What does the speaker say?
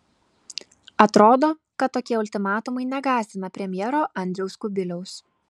atrodo kad tokie ultimatumai negąsdina premjero andriaus kubiliaus